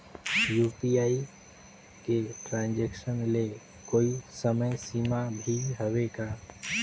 UPI के transaction ले कोई समय सीमा भी हवे का?